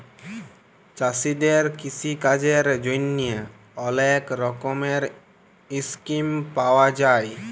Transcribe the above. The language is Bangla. চাষীদের কিষিকাজের জ্যনহে অলেক রকমের ইসকিম পাউয়া যায়